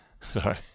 Sorry